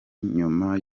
nyuma